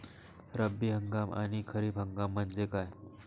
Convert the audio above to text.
रब्बी हंगाम आणि खरीप हंगाम म्हणजे काय?